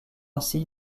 aussi